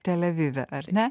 tel avive ar ne